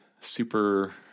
super